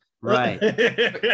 Right